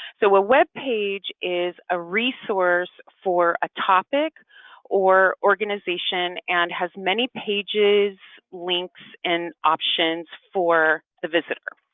so a web page is a resource for a topic or organization and has many pages links and options for the visitor,